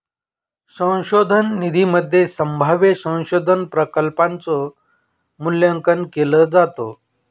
संशोधन निधीमध्ये संभाव्य संशोधन प्रकल्पांच मूल्यांकन केलं जातं